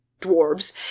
dwarves